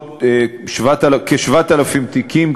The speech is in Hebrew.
אנחנו עוברים לחוק הפיקוח על יצוא ביטחוני (תיקון מס' 2),